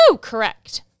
Correct